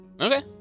Okay